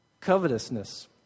covetousness